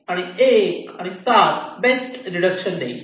1 आणि 7 best reduction देईल